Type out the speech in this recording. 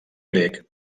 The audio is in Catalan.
grec